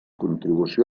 contribució